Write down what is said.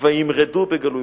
וימרדו בגלוי.